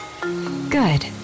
Good